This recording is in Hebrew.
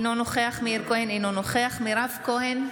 אינו נוכח מאיר כהן, אינו נוכח מירב כהן,